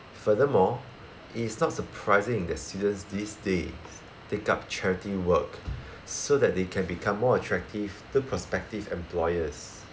furthermore it is not surprising that students these days take up charity work so that they can become more attractive to prospective employers